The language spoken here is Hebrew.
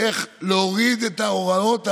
איך להוריד את ההוראות הללו,